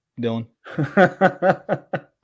Dylan